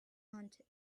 haunted